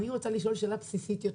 אני רוצה לשאול שאלה בסיסית יותר,